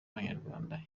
abanyarwanda